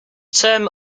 term